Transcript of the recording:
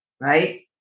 right